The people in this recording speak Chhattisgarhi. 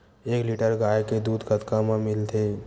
एक लीटर गाय के दुध कतका म मिलथे?